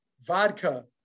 vodka